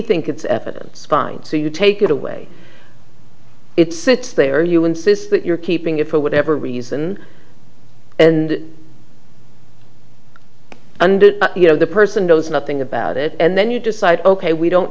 think it's evidence fine so you take it away it sits there you insist that you're keeping it for whatever reason and and you know the person knows nothing about it and then you decide ok we don't